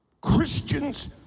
Christians